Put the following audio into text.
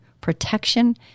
protection